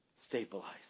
Stabilize